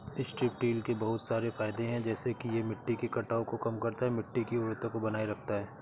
strip till के बहुत सारे फायदे हैं जैसे कि यह मिट्टी के कटाव को कम करता है, मिट्टी की उर्वरता को बनाए रखता है